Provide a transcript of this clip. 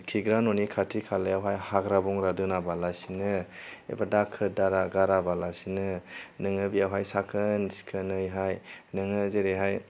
खिग्रा न'नि खाथि खालायावहाय हाग्रा बंग्रा दोनाबालासिनो एबा दाखोर दाला गाराबालासिनो नोङो बेवहाय साखोन सिखोनैहाय नोङो जेरैहाय